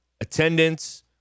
attendance